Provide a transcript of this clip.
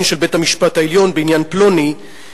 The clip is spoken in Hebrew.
של בית-המשפט העליון בעניין פלוני,